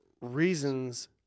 reasons